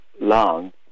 long